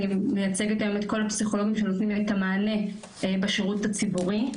אני מייצגת היום את כל הפסיכולוגים שנותנים את המענה בשירות הציבורי.